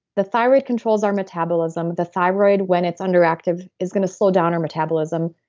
the thyroid controls our metabolism. the thyroid, when it's underactive, is going to slow down our metabolism,